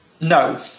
No